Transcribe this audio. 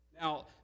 Now